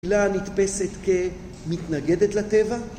פעילה נתפסת כמתנגדת לטבע?